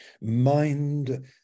mind